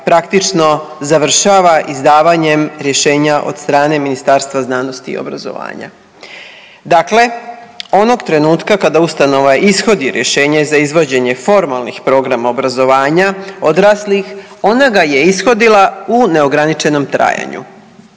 praktično završava izdavanjem rješenja od strane Ministarstva znanosti i obrazovanja. Dakle, onog trenutka kada ustanova ishodi rješenje za izvođenje formalnih programa obrazovanja odraslih, ona ga je ishodila u neograničenom trajanju.